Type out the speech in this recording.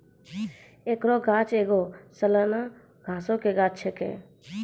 एकरो गाछ एगो सलाना घासो के गाछ छै